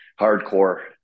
hardcore